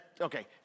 okay